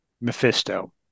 Mephisto